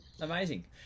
amazing